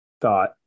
thought